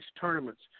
tournaments